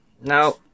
Now